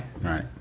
Right